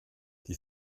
die